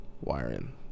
wiring